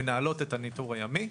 מנהלות את הניטור הימי.